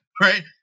right